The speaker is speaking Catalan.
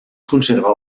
conserva